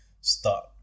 start